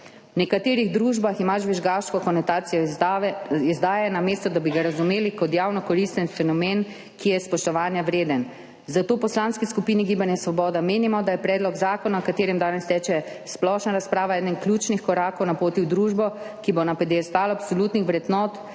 V nekaterih družbah ima žvižgaštvo konotacijo izdaje, namesto da bi ga razumeli kot javno koristen fenomen, ki je spoštovanja vreden. Zato v Poslanski skupini Svoboda menimo, da je predlog zakona, o katerem danes teče splošna razprava, eden ključnih korakov na poti v družbo, ki bo na piedestal absolutnih vrednot